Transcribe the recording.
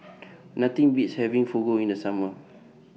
Nothing Beats having Fugu in The Summer